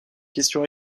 questions